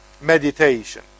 meditation